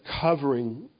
covering